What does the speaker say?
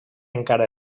encara